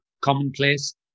commonplace